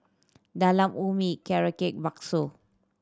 Talam Ubi Carrot Cake bakso